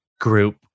group